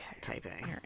typing